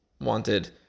wanted